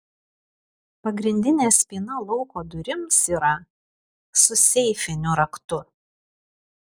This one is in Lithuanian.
pagrindinė spyna lauko durims yra su seifiniu raktu